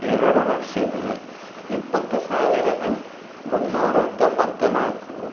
ಎರಡು ಲಕ್ಷದ ಎಪ್ಪತ್ತು ಸಾವಿರದ ಮೂನ್ನೂರ ತೊಂಬತ್ತ ನಾಲ್ಕು